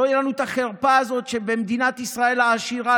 שלא תהיה לנו החרפה הזאת שבמדינת ישראל העשירה